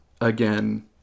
again